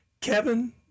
Kevin